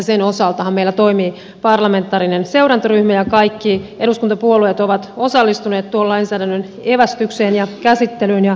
sen osaltahan meillä toimii parlamentaarinen seurantaryhmä ja kaikki eduskuntapuolueet ovat osallistuneet tuon lainsäädännön evästykseen ja käsittelyyn siitä kiitokset